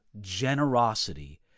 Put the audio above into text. generosity